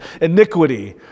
iniquity